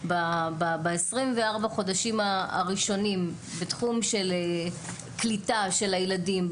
ב-24 החודשים הראשונים בתחום של קליטה של הילדים,